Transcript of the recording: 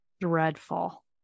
Dreadful